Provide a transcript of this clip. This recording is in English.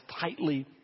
tightly